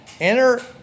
Enter